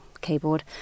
keyboard